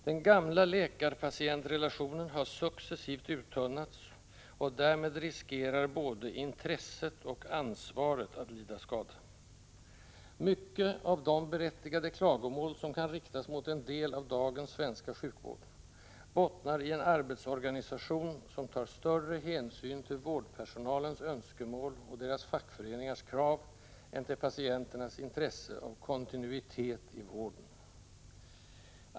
Den gamla läkar-patient-relationen har successivt uttunnats, och därmed riskerar både intresset och ansvaret att lida skada. Mycket av de berättigade klagomål som kan riktas mot en del av dagens svenska sjukvård bottnar i en arbetsorganisation som tar större hänsyn till vårdpersonalens önskemål och deras fackföreningars krav än till patienternas intresse av kontinuitet i vården.